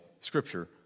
Scripture